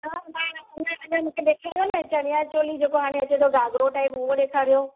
न अञा अञा मूंखे ॾेखारियो न चनिया चोली जेको हाणे अचे थो घाघरो टाइप उहो ॾेखारियो